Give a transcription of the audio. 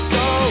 go